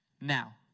Now